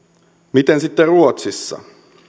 miten sitten ruotsissa